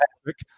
Patrick